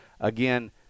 Again